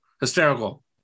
Hysterical